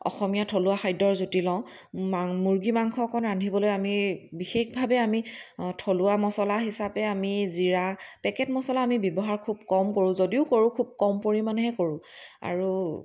অসমীয়া থলুৱা খাদ্যৰ জুতি লওঁ মাং মূৰ্গী মাংস অকণ ৰান্ধিবলৈ আমি বিশেষভাৱে আমি থলুৱা মছলা হিচাপে আমি জিৰা পেকেট মছলা আমি ব্যৱহাৰ খুব কম কৰোঁ যদিও কৰোঁ খুব কম পৰিমাণেহে কৰোঁ আৰু